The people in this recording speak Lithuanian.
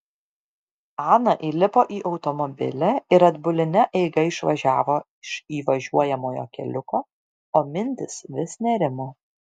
ana įlipo į automobilį ir atbuline eiga išvažiavo iš įvažiuojamojo keliuko o mintys vis nerimo